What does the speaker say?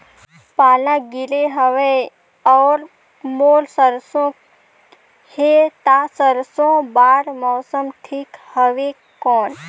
पाला गिरे हवय अउर मोर सरसो हे ता सरसो बार मौसम ठीक हवे कौन?